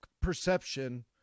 perception